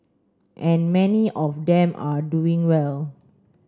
and many of them are doing well